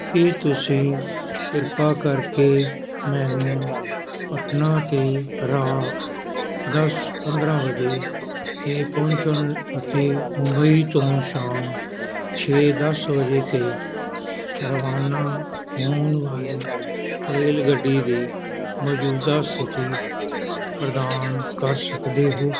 ਕੀ ਤੁਸੀਂ ਕਿਰਪਾ ਕਰਕੇ ਮੈਨੂੰ ਪਟਨਾ 'ਤੇ ਰਾਤ ਦਸ ਪੰਦਰਾਂ ਵਜੇ 'ਤੇ ਪਹੁੰਚਣ ਅਤੇ ਮੁੰਬਈ ਤੋਂ ਸ਼ਾਮ ਛੇ ਦਸ ਵਜੇ 'ਤੇ ਰਵਾਨਾ ਹੋਣ ਵਾਲੀ ਰੇਲਗੱਡੀ ਦੀ ਮੌਜੂਦਾ ਸਥਿਤੀ ਪ੍ਰਦਾਨ ਕਰ ਸਕਦੇ ਹੋ